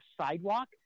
sidewalk